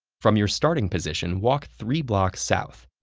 from your starting position, walk three blocks south.